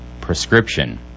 Prescription